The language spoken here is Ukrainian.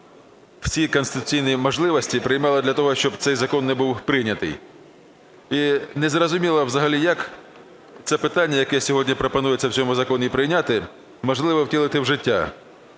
всі конституційні можливості приймали для того, щоб цей закон не був прийнятий. І незрозуміло взагалі, як це питання, яке сьогодні пропонується в цьому законі прийняти, можливо втілити в життя.